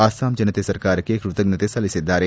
ಅಸ್ಸಾಂ ಜನತೆ ಸಹಕಾರಕ್ಷೆ ಕೃತಜ್ಞತೆ ಸಲ್ಲಿಬಿದ್ದಾರೆ